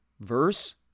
Verse